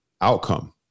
outcome